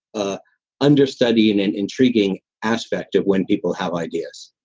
ah understudied and intriguing aspect of when people have ideas